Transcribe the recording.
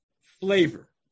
flavor